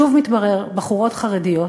שוב מתברר, בחורות חרדיות,